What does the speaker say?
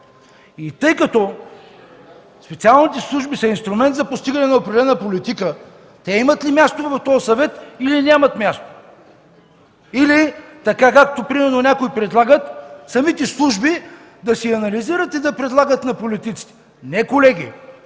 Тъй като специалните служби са инструмент за постигане на определена политика, те имат ли място в този Съвет, или нямат място? Или така, както примерно някои предлагат, самите служби да си анализират и да предлагат на политиците? Не, колеги,